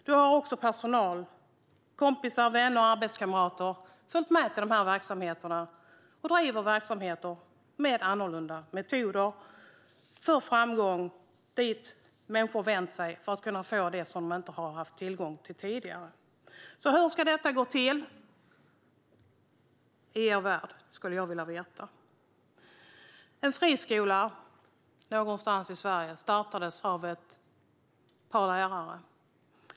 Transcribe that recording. Då har också personal, kompisar, vänner och arbetskamrater följt med till dessa verksamheter och driver dem med annorlunda metoder för framgång. Människor har vänt sig dit för att få det som de inte har haft tillgång till tidigare. Hur ska detta gå till i er värld? Det skulle jag vilja veta. En friskola någonstans i Sverige startades av ett par lärare.